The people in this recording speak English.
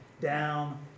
down